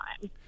time